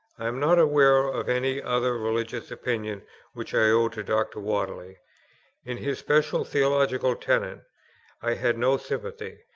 i am not aware of any other religious opinion which i owe to dr. whately. in his special theological tenets i had no sympathy.